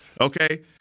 Okay